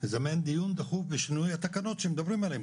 לזמן דיון דחוף לשינוי התקנות שמדברים עליהם,